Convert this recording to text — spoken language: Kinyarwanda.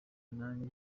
najye